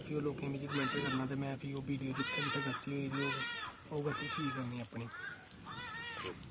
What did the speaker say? ते लोकें मिगी कमैंट करना ते ओह् वीडियो में जित्थें जित्थें गलती होई दी होग ओह् गलती ठीक करनी अपनी